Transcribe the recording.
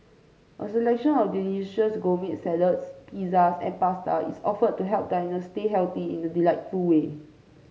a selection of delicious gourmet salads pizzas and pasta is offered to help diners stay healthy in a delightful way